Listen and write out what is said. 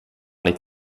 nicht